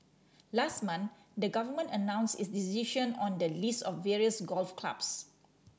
last month the Government announced its decision on the lease of various golf clubs